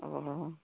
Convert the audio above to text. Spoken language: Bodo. अह